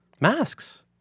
Masks